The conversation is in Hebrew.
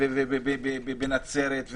נצרת,